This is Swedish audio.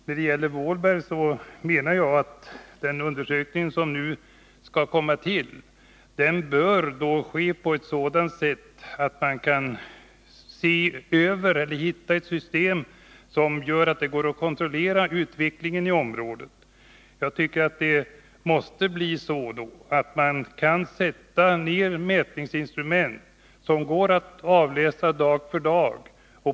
När det gäller Vålberg menar jag att undersökningen bör ske så, att man kan kontrollera utvecklingen i området. Då måste man kunna sätta ned mätningsinstrument, som kan avläsas dag för dag.